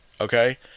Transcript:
okay